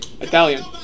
Italian